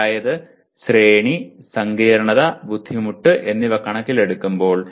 അതായത് ശ്രേണി സങ്കീർണ്ണത ബുദ്ധിമുട്ട് എന്നിവ കണക്കിലെടുക്കുമ്പോൾ